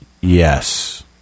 yes